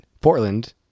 Portland